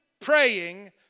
praying